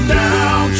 down